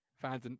Fans